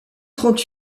trente